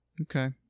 okay